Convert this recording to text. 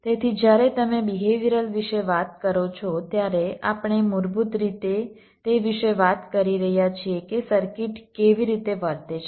તેથી જ્યારે તમે બિહેવિયરલ વિશે વાત કરો છો ત્યારે આપણે મૂળભૂત રીતે તે વિશે વાત કરીએ છીએ કે સર્કિટ કેવી રીતે વર્તે છે